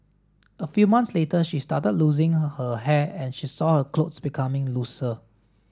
a few months later she started losing her hair and she saw her clothes becoming looser